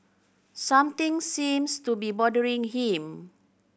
something seems to be bothering him